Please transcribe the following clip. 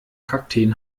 kakteen